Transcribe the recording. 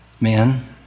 Men